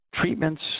treatments